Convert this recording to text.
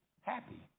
happy